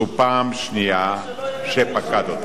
נשיא המדינה שמעון פרס: זו פעם שנייה שפקד אותם.